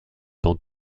dans